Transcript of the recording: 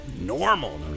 Normal